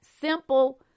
simple